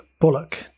bullock